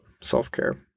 self-care